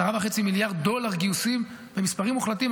10.5 מיליארד דולר גיוסים במספרים מוחלטים,